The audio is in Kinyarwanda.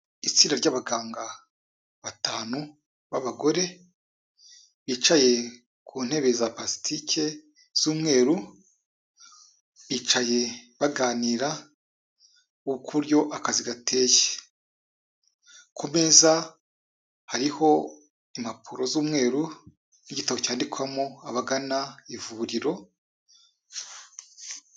Itsinda ry'abaganga batanu b'abagore bicaye ku ntebe za plastique z'umweru. Bicaye baganira uburyo akazi gateye. Ku meza hariho impapuro z'umweru n'igitabo cyandikwamo abagana ivuriro.